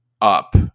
up